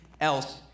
else